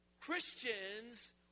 Christians